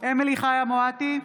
אמילי חיה מואטי,